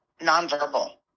nonverbal